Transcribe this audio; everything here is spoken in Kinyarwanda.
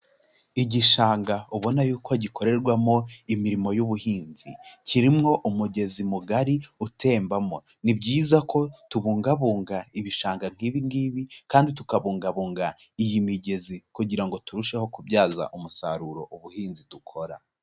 Igishanga ubona yuko gikorerwamo imirimo y'ubuhinzi, kirimo umugezi mugari utembamo, ni byiza ko tubungabunga ibishanga nk'ibi ngibi kandi tukabungabunga iyi migezi kugira ngo turusheho kubyaza umusaruro ubuhinzi dukora.